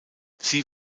sie